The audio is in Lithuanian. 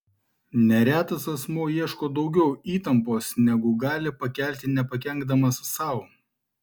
neretas asmuo ieško daugiau įtampos negu gali pakelti nepakenkdamas sau